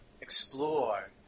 explore